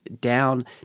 down